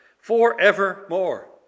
forevermore